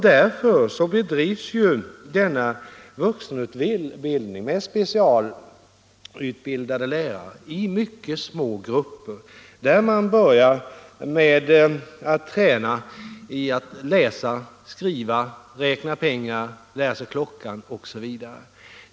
Därför bedrivs denna vuxenutbildning med specialutbildade lärare i mycket små grupper, där man börjar med att läsa, skriva, räkna pengar, lära sig klockan osv.